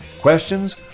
questions